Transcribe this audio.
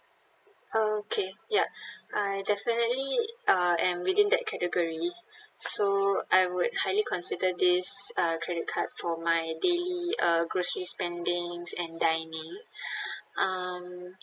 okay ya I definitely uh am within that category so I would highly consider this uh credit card for my daily uh grocery spendings and dining um